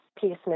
piece